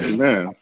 Amen